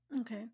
Okay